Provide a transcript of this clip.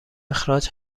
اخراج